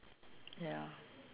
ya